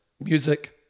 music